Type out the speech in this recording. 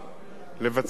העבודות החלו,